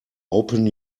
open